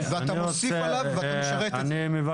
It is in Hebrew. צר לפגיעה באותם מגורים שייכנסו ויראו ברבות הזמן שיש להם מפגעים.